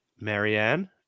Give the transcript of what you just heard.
Marianne